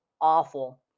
awful